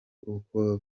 uko